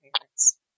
parents